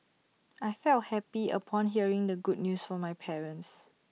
I felt happy upon hearing the good news from my parents